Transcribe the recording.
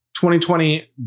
2020